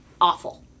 awful